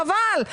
חבל.